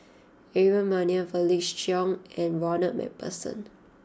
Aaron Maniam Felix Cheong and Ronald MacPherson